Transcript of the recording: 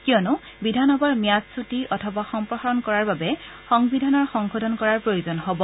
কিয়নো বিধানসভাৰ ম্যাদ ছুটি অথবা সম্প্ৰসাৰণ কৰাৰ বাবে সংবিধানৰ সংশোধন কৰাৰ প্ৰয়োজন হ'ব